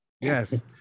yes